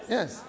Yes